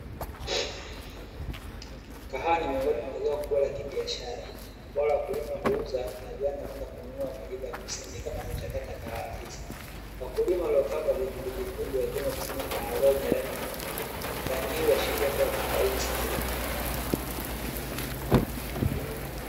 Kahawa ni miongoni mwa zao kubwa la kibiashara, ambalo wakulima huuza na viwanda kwenda kununua kwaajili ya kusindika na kuchakata kahawa hizi. Wakulima waliokaa kwa vikundivikundi wakiwa wanakusanya kahawa zao zenye rangi nyekundu. Rangi hii huashiria kuwa kahawa hizi zimeiva.